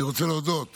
אני רוצה להודות